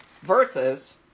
versus